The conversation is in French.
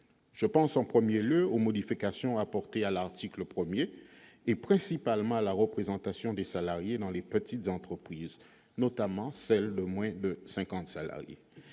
Je pense en premier lieu aux modifications apportées à l'article 1, et principalement à la représentation des salariés dans les petites entreprises, notamment celles de moins de cinquante salariés.